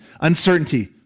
Uncertainty